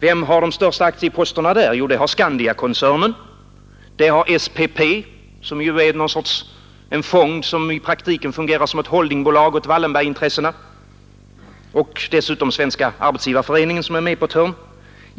Vem har t.ex. de största aktieposterna i Göteborgsbanken? Det har Skandiakoncernen och SPP, som ju är en fond som i praktiken fungerar som ett holdingbolag åt Wallenbergintressena, och dessutom är Svenska arbetsgivareföreningen med på ett hörn.